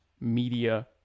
media